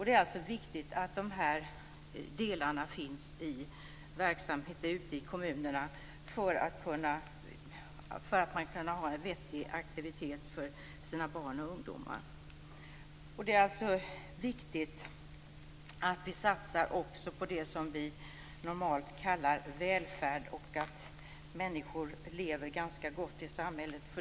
Det är alltså viktigt att de här verksamheterna finns ute i kommunerna för att man skall kunna erbjuda sina barn och ungdomar vettig aktivitet. Det är viktigt att vi också satsar på det som vi normalt kallar välfärd och att människor lever ganska gott i samhället.